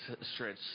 stretch